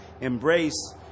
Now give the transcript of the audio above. embrace